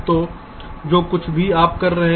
तो जो कुछ भी आप कर रहे हैं